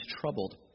troubled